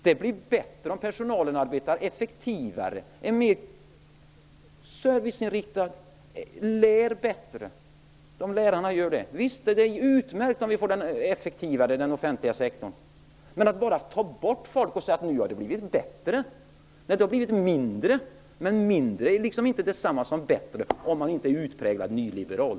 Det blir bättre om personalen arbetar effektivare, om den är mer serviceinriktad, om lärarna lär bättre. Visst är det utmärkt om vi får den offentliga sektorn effektivare. Men det håller inte att bara ta bort folk och säga att nu har det blivit bättre. Det har blivit mindre, men mindre är inte detsamma som bättre, om man inte är utpräglad nyliberal.